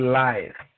life